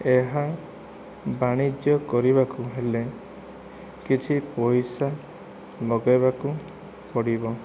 ଏହା ବାଣିଜ୍ୟ କରିବାକୁ ହେଲେ କିଛି ପଇସା ଲଗାଇବାକୁ ପଡ଼ିବ